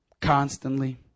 constantly